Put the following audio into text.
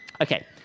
Okay